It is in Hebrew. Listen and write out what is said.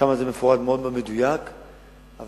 שם זה מפורט בצורה מדויקת מאוד.